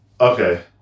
Okay